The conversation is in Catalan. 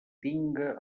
tinga